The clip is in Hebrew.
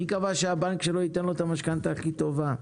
מי אמר שהבנק שלו ייתן לו את המשכנתא הכי טובה?